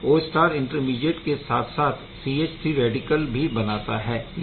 यह Q intermediate के साथ साथ CH3 रैडिकल भी बनता है